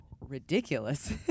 ridiculous